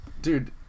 Dude